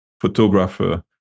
photographer